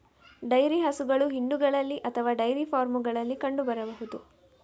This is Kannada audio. ಡೈರಿ ಹಸುಗಳು ಹಿಂಡುಗಳಲ್ಲಿ ಅಥವಾ ಡೈರಿ ಫಾರ್ಮುಗಳಲ್ಲಿ ಕಂಡು ಬರಬಹುದು